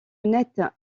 nette